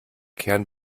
kehren